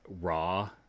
raw